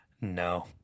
no